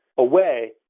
away